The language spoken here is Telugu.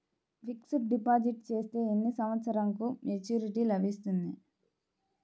ఫిక్స్డ్ డిపాజిట్ చేస్తే ఎన్ని సంవత్సరంకు మెచూరిటీ లభిస్తుంది?